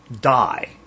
die